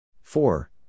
Four